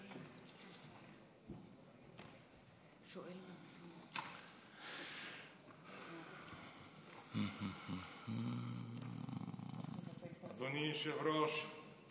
אדוני היושב-ראש,